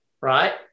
right